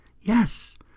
Yes